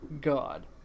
God